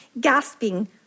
gasping